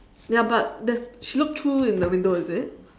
ya but there's she looked through in the window is it